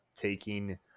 taking